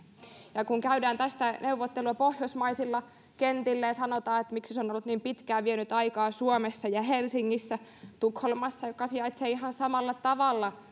kun käydään tästä neuvotteluja pohjoismaisilla kentillä ja sanotaan että miksi se on niin pitkään vienyt aikaa suomessa ja helsingissä tukholmassa joka sijaitsee ihan samalla tavalla